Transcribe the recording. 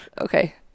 Okay